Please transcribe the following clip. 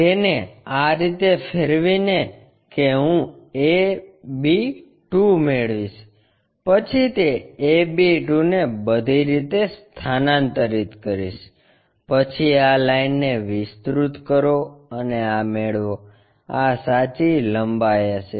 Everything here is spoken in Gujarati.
તેને આ રીતે ફેરવીને કે હું a b 2 મેળવીશ પછી તે a b 2 ને બધી રીતે સ્થાનાંતરિત કરીશ પછી આ લાઈનને વિસ્તૃત કરો અને આ મેળવો આ સાચી લંબાઈ હશે